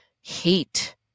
hate